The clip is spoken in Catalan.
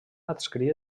adscrit